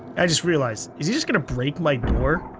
i just realized. is he just gonna break my door.